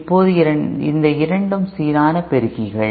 இப்போது இந்த இரண்டும் சீரான பெருக்கிகள்